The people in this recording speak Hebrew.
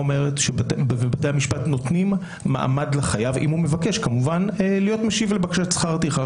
בתי המשפט נותנים מעמד לחייב אם הוא מבקש להיות משיב לבקשת שכר טרחה.